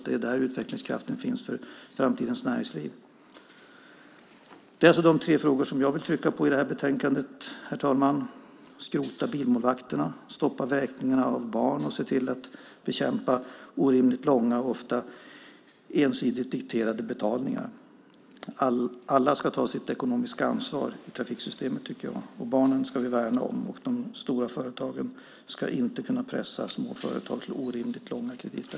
Det är där utvecklingskraften finns för framtidens näringsliv. Det är alltså de tre frågor som jag vill trycka på i det här betänkandet, herr talman: skrota bilmålvakterna, stoppa vräkningarna av barn och se till att bekämpa orimligt långa och ofta ensidigt dikterade betalningstider! Alla ska ta sitt ekonomiska ansvar i trafiksystemet, tycker jag, barnen ska vi värna om och de stora företagen ska inte kunna pressa små företag till orimligt långa krediter.